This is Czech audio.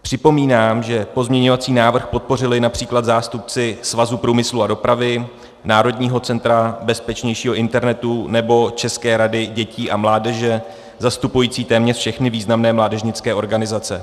Připomínám, že pozměňovací návrh podpořili například zástupci Svazu průmyslu a dopravy, Národního centra bezpečnějšího internetu nebo České rady dětí a mládeže zastupující téměř všechny významné mládežnické organizace.